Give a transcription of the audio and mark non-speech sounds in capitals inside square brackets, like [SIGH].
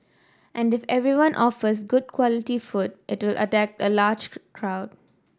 and if everyone offers good quality food it'll [UNINTELLIGIBLE] a larger [UNINTELLIGIBLE] crowd